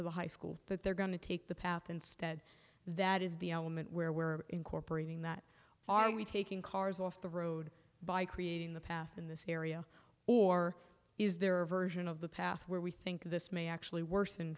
to the high school that they're going to take the path instead that is the element where we're incorporating that are we taking cars off the road by creating the path in this area or is there a version of the path where we think this may actually worsen t